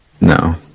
No